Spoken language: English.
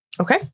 Okay